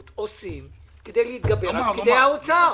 עושים כדי להתגבר על פקידי האוצר.